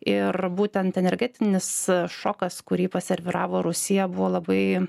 ir būtent energetinis šokas kurį paserviravo rusija buvo labai